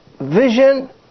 vision